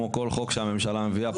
כמו כל חוק שהממשלה מביאה,